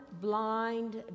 BLIND